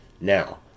Now